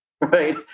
right